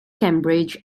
cambridge